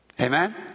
Amen